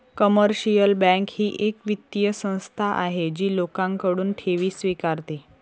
commercial bank ही एक वित्तीय संस्था आहे जी लोकांकडून ठेवी स्वीकारते